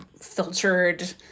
filtered